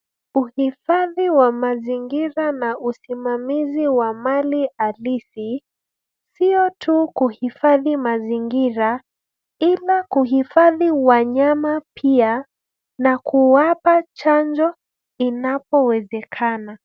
Uhifadhi wa mazingira na usimamizi wa mali halisi sio tu kuhifadhi mazingira, ila kuhifadhi wanyama pia, na kuwapa chanjo inapowezekana.